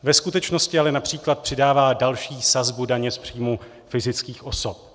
Ve skutečnosti ale např. přidává další sazbu daně z příjmu fyzických osob.